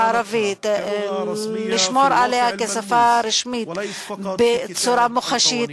הערבית ולשמור עליה כשפה רשמית בצורה מוחשית,